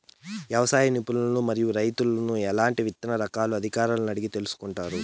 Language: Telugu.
వ్యవసాయ నిపుణులను మరియు రైతులను ఎట్లాంటి విత్తన రకాలను అధికారులను అడిగి తెలుసుకొంటారు?